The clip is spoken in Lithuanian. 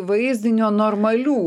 vaizdinio normalių